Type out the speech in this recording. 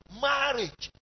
marriage